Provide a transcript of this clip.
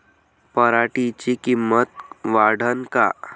पराटीची किंमत वाढन का?